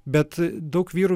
bet daug vyrų